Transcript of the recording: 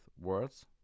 words